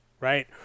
right